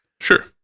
Sure